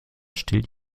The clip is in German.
stillt